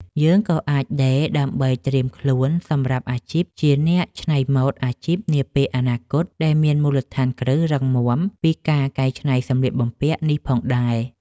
យើងក៏អាចដេរដើម្បីត្រៀមខ្លួនសម្រាប់អាជីពជាអ្នកច្នៃម៉ូដអាជីពនាពេលអនាគត ដែលមានមូលដ្ឋានគ្រឹះរឹងមាំពីការកែច្នៃសម្លៀកបំពាក់នេះផងដែរ។